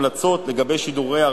כרמל, כרמל, זה משבוע שעבר,